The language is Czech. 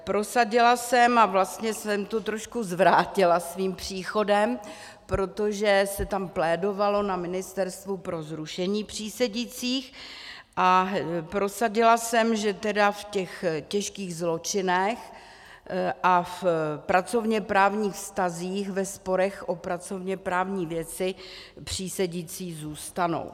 Prosadila jsem, a vlastně jsem to trošku zvrátila svým příchodem, protože se tam plédovalo na ministerstvu pro zrušení přísedících, a prosadila jsem, že tedy v těch těžkých zločinech a pracovněprávních vztazích, ve sporech o pracovněprávní věci, přísedící zůstanou.